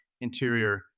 interior